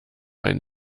ein